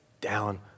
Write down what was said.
down